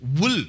wool